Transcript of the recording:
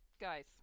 Guys